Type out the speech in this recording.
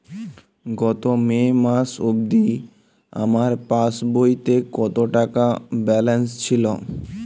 গত মে মাস অবধি আমার পাসবইতে কত টাকা ব্যালেন্স ছিল?